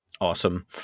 Awesome